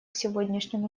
сегодняшнему